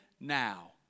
now